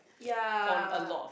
ya